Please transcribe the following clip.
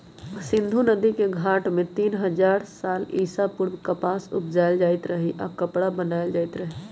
सिंधु नदिके घाट में तीन हजार साल ईसा पूर्व कपास उपजायल जाइत रहै आऽ कपरा बनाएल जाइत रहै